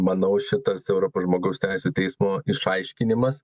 manau šitas europos žmogaus teisių teismo išaiškinimas